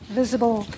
visible